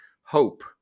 Hope